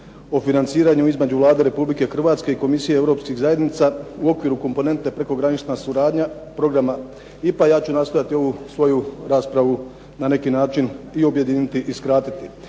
o financiranju između Vlade Republike Hrvatske i Komisije europskih zajednica u okviru komponente prekogranična suradnja programa IPA ja ću nastojati ovu svoju raspravu na neki način i objediniti i skratiti.